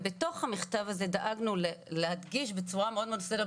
ובתוך המכתב הזה דאגנו להדגיש את הדבר הזה בצורה מאוד מאוד בולטת,